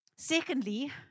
Secondly